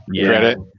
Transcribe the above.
credit